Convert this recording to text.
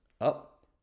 up